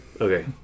Okay